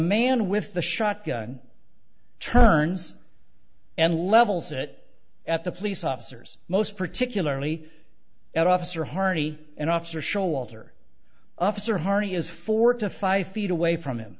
man with the shotgun turns and levels it at the police officers most particularly at officer harney and officer showalter officer hardy is four to five feet away from him